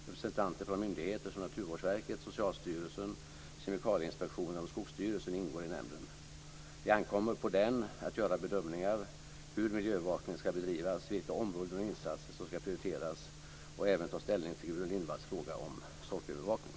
Representanter från myndigheter som Naturvårdsverket, Socialstyrelsen, Kemikalieinspektionen och Skogsstyrelsen ingår i nämnden. Det ankommer på den att göra bedömningar av hur miljöövervakningen skall bedrivas, vilka områden och insatser som skall prioriteras och även att ta ställning till Gudrun Lindvalls fråga om sorkövervakning.